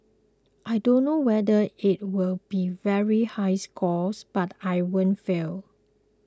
I don't know whether it'll be very high scores but I won't fail